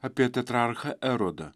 apie tetrarchą erodą